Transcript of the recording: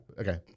okay